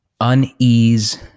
Unease